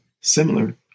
similar